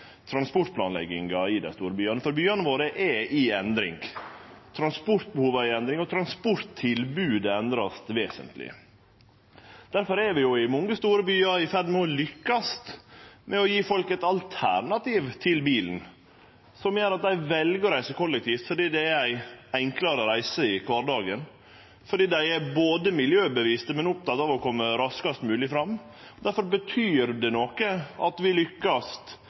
transportplanlegginga i dei store byane. For byane våre er i endring. Transportbehova er i endring, og transporttilbodet vert endra vesentleg. Derfor er vi i mange store byar i ferd med å lykkast med å gje folk eit alternativ til bilen som gjer at dei vel å reise kollektivt fordi det er ei enklare reise i kvardagen, fordi dei er både miljøbevisste og opptekne av å kome raskast mogleg fram. Difor betyr det noko at vi lykkast